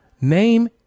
Name